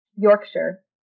Yorkshire